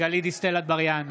גלית דיסטל אטבריאן,